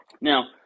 Now